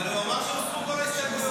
אבל הוא אמר שהוסרו כל ההסתייגויות.